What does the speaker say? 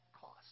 cost